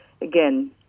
again